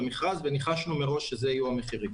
המכרז וניחשנו מראש שאלה יהיו המחירים.